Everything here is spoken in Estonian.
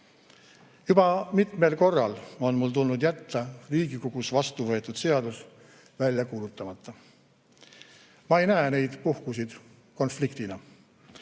Juba mitmel korral on mul tulnud jätta Riigikogus vastu võetud seadus välja kuulutamata. Ma ei näe neid puhkusid konfliktina.